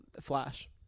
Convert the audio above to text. flash